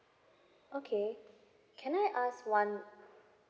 okay can I ask one